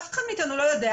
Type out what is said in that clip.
אף אחד מאיתנו לא יודע.